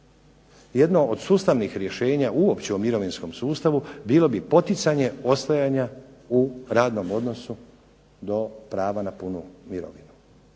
Jedno od sustavnih rješenja uopće u mirovinskom sustavu bilo bi poticanje ostajanja u radnom odnosu do prava na punu mirovinu.